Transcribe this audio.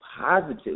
positive